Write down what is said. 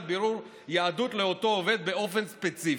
בירור יהדות לאותו עובד באופן ספציפי.